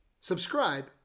subscribe